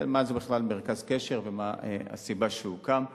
מה זה בכלל מרכז קשר ומה הסיבה שהוא הוקם.